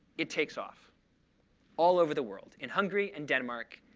it takes off all over the world in hungary and denmark,